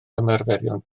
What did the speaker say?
ymarferion